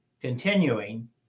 continuing